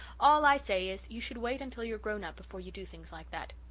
all i say is, you should wait until you're grown-up before you do things like that.